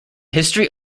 history